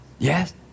Yes